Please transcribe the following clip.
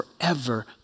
forever